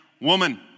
woman